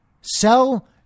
Sell